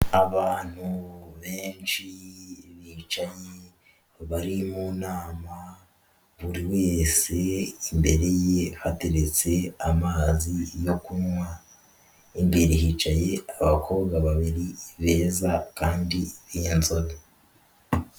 Abantu benshi bicaye bari mu nama, buri wese imbere ye hateretse amazi yo kunywa, imbere hicaye abakobwa babiri beza kandi b'inzobe.